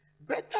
better